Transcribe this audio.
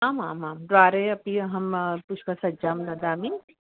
आमामां द्वारे अपि अहं पुष्पसज्जां ददामि